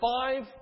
five